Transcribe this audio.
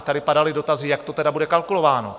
Tady padaly dotazy, jak to bude kalkulováno.